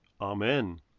Amen